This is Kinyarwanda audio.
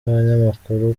n’abanyamakuru